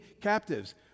captives